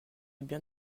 bien